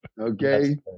Okay